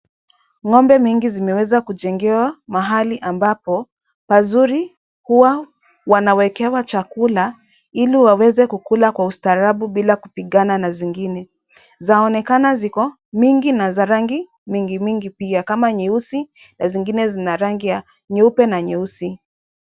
Ng'ombe mingi zimeweza kujengewa mahali ambapo pazuri. Huwa wanawekewa chakula ili waweze kukula kwa ustaarabu bila kupigana na zingine. Zaonekana ziko. mingi na za rangi mingi mingi pia kama nyeusi na zingine zina rangi nyeupe na nyeusi.